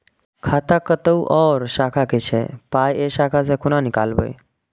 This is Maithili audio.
खाता कतौ और शाखा के छै पाय ऐ शाखा से कोना नीकालबै?